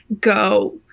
go